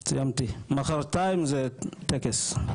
סיימתי, מוחרתיים זה הטקס.